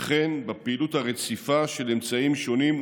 וכן בפעילות הרציפה של אמצעים שונים,